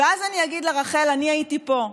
ואז אני אגיד לה: רחל, אני הייתי פה,